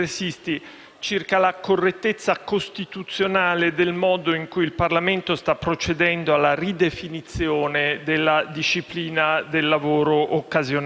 circa la correttezza costituzionale del modo in cui il Parlamento sta procedendo alla ridefinizione della disciplina del lavoro occasionale.